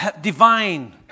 divine